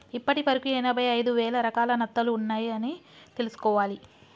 ఇప్పటి వరకు ఎనభై ఐదు వేల రకాల నత్తలు ఉన్నాయ్ అని తెలుసుకోవాలి